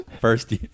First